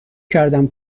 کردم